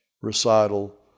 recital